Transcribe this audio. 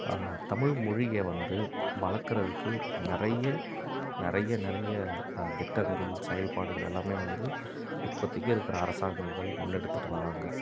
தமிழ்மொழியை வந்து வளர்க்கறதுக்கு நிறைய நிறைய நிறைய திட்டங்கள் செயல்பாடுகள் எல்லாமே வந்து இப்போதைக்கி இருக்கிற அரசாங்கங்கள் முன்னெடுத்துட்டு வராங்க